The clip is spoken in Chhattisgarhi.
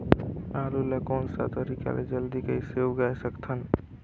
आलू ला कोन सा तरीका ले जल्दी कइसे उगाय सकथन?